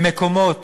במקומות